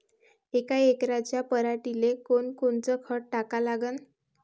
यका एकराच्या पराटीले कोनकोनचं खत टाका लागन?